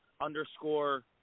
underscore